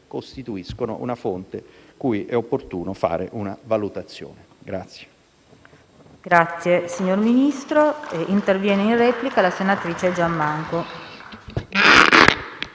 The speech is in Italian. costituiscono una fonte su cui è opportuno fare una valutazione.